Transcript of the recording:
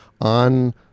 on